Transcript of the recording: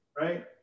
Right